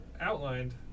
outlined